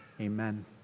amen